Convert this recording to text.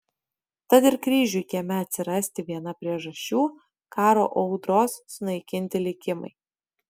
tad ir kryžiui kieme atsirasti viena priežasčių karo audros sunaikinti likimai